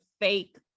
fake